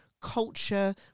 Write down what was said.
culture